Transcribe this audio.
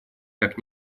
как